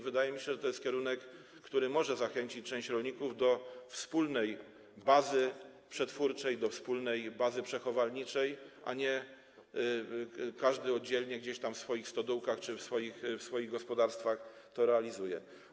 Wydaje mi się, że to jest kierunek, który może zachęcić część rolników do wspólnej bazy przetwórczej, do wspólnej bazy przechowalniczej, a nie tak, że każdy oddzielnie gdzieś tam w swoich stodółkach czy w swoich gospodarstwach to realizuje.